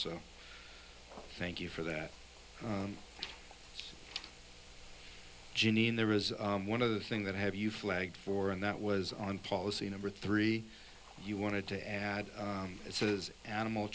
so thank you for that jeanine there was one of the things that have you flagged for and that was on policy number three you wanted to add it says animal